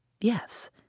Yes